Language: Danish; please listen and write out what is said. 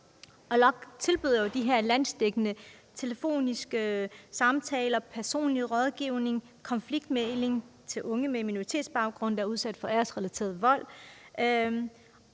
og tilbyder jo de her telefonsamtaler, personlig rådgivning og konfliktmægling til unge med minoritetsbaggrund, der er udsat for æresrelateret vold.